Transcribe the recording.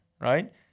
right